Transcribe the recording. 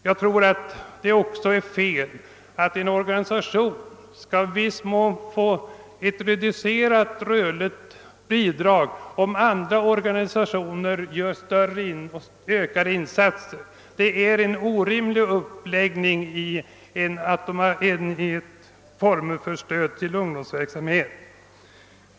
Jag tror också att det är fel att en organisation i en viss mån skall få reducerat rörligt bidrag om andra organisationer gör ökade insatser. Detta är en orimlig uppläggning av stödet till ungdomsverksamheten.